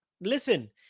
listen